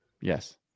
Yes